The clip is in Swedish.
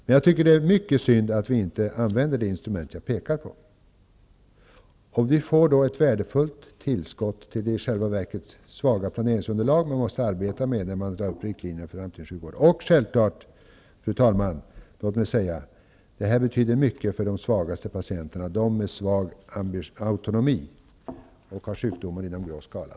Men det är synd att vi inte använder det instrument jag pekar på. Vi får då ett värdefullt tillskott till det i själva verket svaga planeringsunderlag man måste arbeta med när man drar upp riktlinjer för framtidens sjukvård. Fru talman! Låt mig säga att detta betyder mycket för de svagaste patienterna, de med svag autonomi som har sjukdomar i den grå skalan.